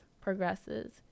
progresses